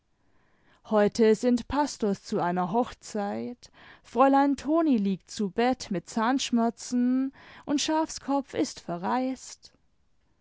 heute sind pastors zu einer hochzeit fräulein toni liegt zu bett mit zahnschmerzen und schafskopf ist verreist